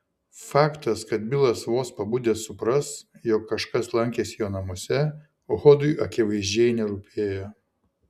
faktas kad bilas vos pabudęs supras jog kažkas lankėsi jo namuose hodui akivaizdžiai nerūpėjo